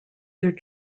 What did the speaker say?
their